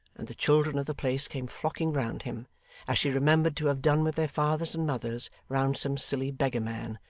and the children of the place came flocking round him as she remembered to have done with their fathers and mothers round some silly beggarman,